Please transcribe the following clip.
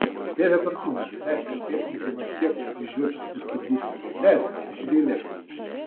tėve perkūne leisk kad pėstininkai nors kiek kryžiuočius pristabdytų leisk pasigailėk